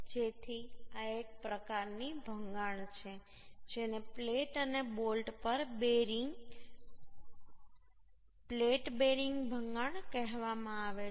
તેથી આ એક પ્રકારની ભંગાણ છે જેને પ્લેટ અને બોલ્ટ પર બેરિંગ પ્લેટ બેરિંગ ભંગાણ કહેવામાં આવે છે